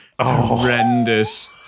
horrendous